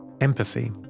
Empathy